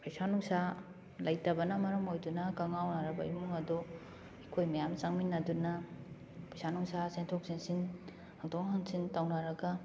ꯄꯩꯁꯥ ꯅꯨꯡꯁꯥ ꯂꯩꯇꯕꯅ ꯃꯔꯝ ꯑꯣꯏꯗꯨꯅ ꯀꯛꯉꯥꯎꯅꯔꯕ ꯏꯃꯨꯡ ꯑꯗꯣ ꯑꯩꯈꯣꯏ ꯃꯌꯥꯝ ꯆꯪꯃꯤꯟꯅꯗꯨꯅ ꯄꯩꯁꯥ ꯅꯨꯡꯁꯥ ꯆꯦꯟꯊꯣꯛ ꯆꯦꯟꯁꯤꯟ ꯍꯪꯇꯣꯛ ꯍꯪꯖꯤꯟ ꯇꯧꯅꯔꯒ